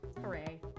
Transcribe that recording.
hooray